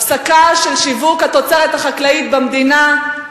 הפסקה של שיווק התוצרת החקלאית במדינה,